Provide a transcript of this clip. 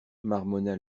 marmonna